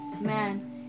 man